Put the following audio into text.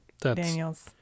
Daniels